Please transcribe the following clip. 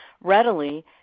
readily